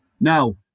Now